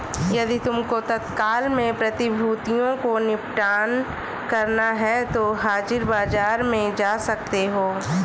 यदि तुमको तत्काल में प्रतिभूतियों को निपटान करना है तो हाजिर बाजार में जा सकते हो